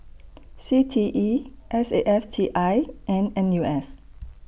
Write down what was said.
C T E S A F T I and N U S